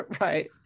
right